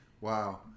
wow